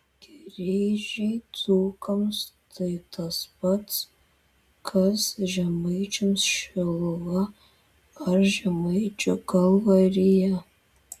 kryžiai dzūkams tai tas pats kas žemaičiams šiluva ar žemaičių kalvarija